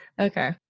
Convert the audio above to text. Okay